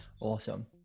Awesome